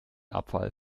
abfall